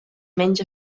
menys